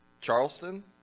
Charleston